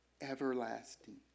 Everlasting